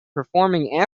performing